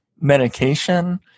medication